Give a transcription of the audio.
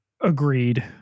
Agreed